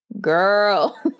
Girl